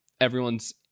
everyone's